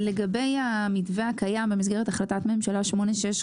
לגבי המתווה הקיים במסגרת החלטת ממשלה 865